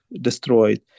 destroyed